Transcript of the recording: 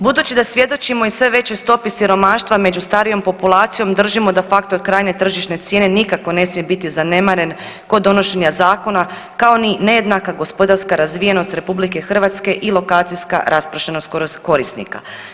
Budući da svjedočimo i sve većoj stopi siromaštva među starijom populacijom držimo da faktor krajnje tržišne cijene nikako ne smije biti zanemaren kod donošenja zakona kao ni nejednaka gospodarska razvijenost RH i lokacijska raspršenost korisnika.